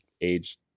age